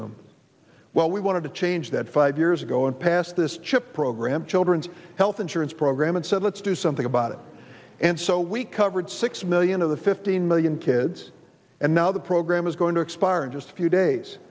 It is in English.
room well we wanted to change that five years ago and passed this chip program children's health insurance program and said let's do something about it and so we covered six million of the fifteen million kids and now the program is going to expire in just a few days